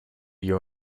you